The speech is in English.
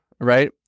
right